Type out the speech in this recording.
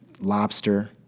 lobster